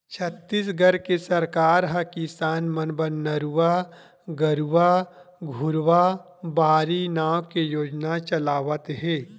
छत्तीसगढ़ के सरकार ह किसान मन बर नरूवा, गरूवा, घुरूवा, बाड़ी नांव के योजना चलावत हे